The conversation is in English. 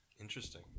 Interesting